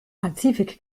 pazifik